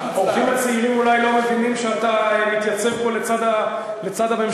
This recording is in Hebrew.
האורחים הצעירים אולי לא מבינים שאתה מתייצב פה לצד הממשלה,